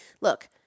Look